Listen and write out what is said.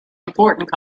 important